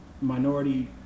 minority